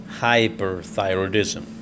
hyperthyroidism